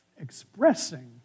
expressing